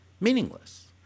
meaningless